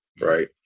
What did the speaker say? Right